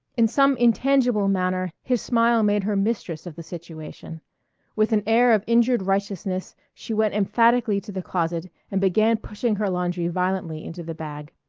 in some intangible manner his smile made her mistress of the situation with an air of injured righteousness she went emphatically to the closet and began pushing her laundry violently into the bag.